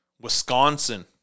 Wisconsin